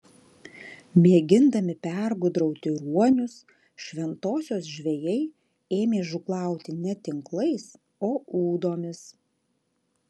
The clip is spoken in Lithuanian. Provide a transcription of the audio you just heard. mėgindami pergudrauti ruonius šventosios žvejai ėmė žūklauti ne tinklais o ūdomis